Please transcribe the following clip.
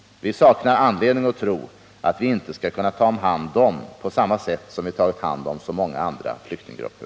Vi saknar anledning tro att vi inte skall kunna ta hand om dem på samma sätt som vi tagit hand om så många andra flyktinggrupper.